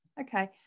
okay